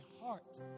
heart